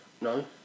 No